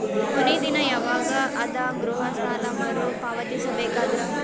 ಕೊನಿ ದಿನ ಯವಾಗ ಅದ ಗೃಹ ಸಾಲ ಮರು ಪಾವತಿಸಬೇಕಾದರ?